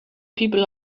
people